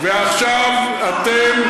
ועכשיו אתם,